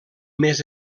més